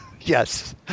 Yes